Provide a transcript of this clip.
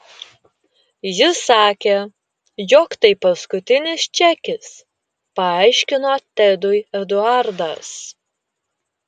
ji sakė jog tai paskutinis čekis paaiškino tedui eduardas